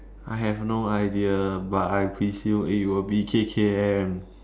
I have no idea but I presume it would be K_K_M